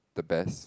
the best